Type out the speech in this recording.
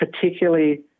particularly